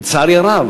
לצערי הרב,